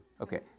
Okay